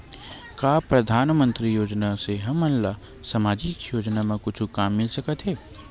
का परधानमंतरी योजना से हमन ला सामजिक योजना मा कुछु काम मिल सकत हे?